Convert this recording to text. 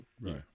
Right